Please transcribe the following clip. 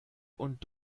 und